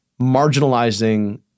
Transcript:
marginalizing